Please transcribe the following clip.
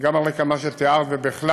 גם על רקע מה שתיארת, ובכלל,